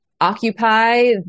occupy